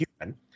human